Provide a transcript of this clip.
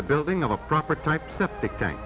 the building of a proper type septic tank